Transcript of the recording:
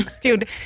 Dude